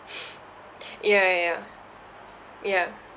ya ya ya ya